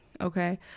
Okay